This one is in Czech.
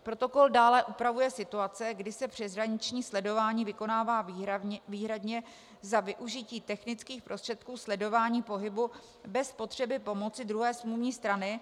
Protokol dále upravuje situace, kdy se přeshraniční sledování vykonává výhradně za využití technických prostředků sledování pohybu bez potřeby pomoci druhé smluvní strany.